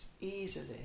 easily